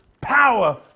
power